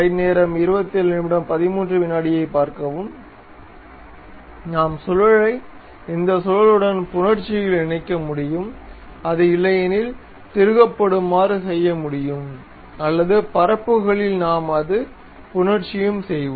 நாம் சுழலை இந்த சுழலுடன் புணர்ச்சியில் இணைக்க முடியும் அது இல்லையெனில் திருகப்படுமாறு செய்ய முடியும் அல்லது பரப்புகளில் நாம் அது புணர்ச்சியும் செய்வோம்